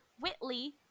whitley